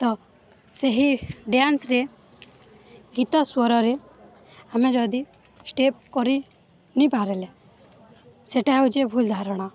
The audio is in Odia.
ତ ସେହି ଡ଼୍ୟାନ୍ସରେ ଗୀତ ସ୍ୱରରେ ଆମେ ଯଦି ଷ୍ଟେପ୍ କରିନି ପାରିଲେ ସେଟା ହଉଛେ ଭୁଲ୍ ଧାରଣା